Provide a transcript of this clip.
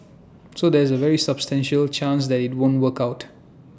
so there's A very substantial chance that IT won't work out